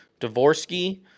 Dvorsky